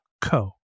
co